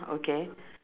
okay